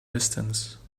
distance